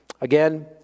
Again